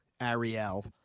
ariel